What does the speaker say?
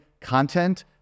content